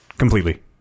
completely